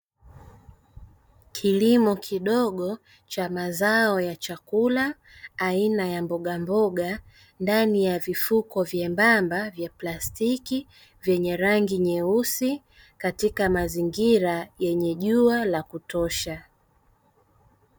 Kilimo kidogo cha mazao ya chakula aina ya mbogamboga, ndani ya vifuko vyembemba vya plastiki, vyenye rangi nyeusi katika mazingira yenye jua la kutosha.